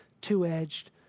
two-edged